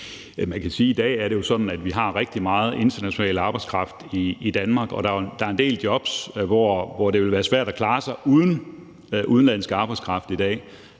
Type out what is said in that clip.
I dag er det jo sådan, at vi har rigtig meget international arbejdskraft i Danmark, og der er en del jobs, hvor det ville være svært at klare sig uden udenlandsk arbejdskraft i dag.